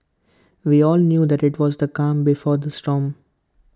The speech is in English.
we all knew that IT was the calm before the storm